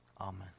amen